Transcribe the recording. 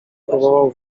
próbował